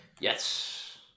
Yes